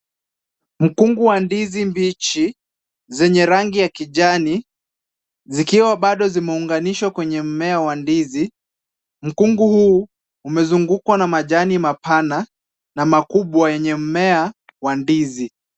Mkungu wa ndizi mbichi zenye rangi ya kijani zikiwa bado zimeunganishwa kwenye mmea wa ndizi, mkungu huu umezungukwa na majani mapana na makubwa yenye mmea wa ndizi.